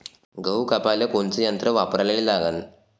गहू कापाले कोनचं यंत्र वापराले लागन?